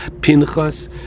pinchas